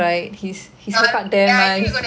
ya I knew you were going to say